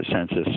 census